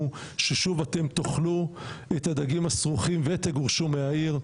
ששוב אתם תאכלו את הדגים הסרוחים ותגורשו מהעיר.